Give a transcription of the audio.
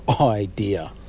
idea